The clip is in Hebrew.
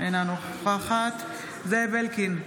אינה נוכחת זאב אלקין,